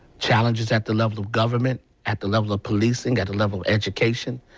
challenges at the level of government, at the level of policing, at the level of education.